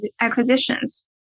acquisitions